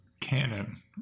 canon